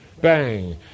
Bang